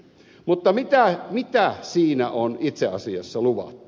mutta mitä siinä on itse asiassa luvattu